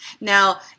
Now